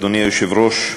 אדוני היושב-ראש,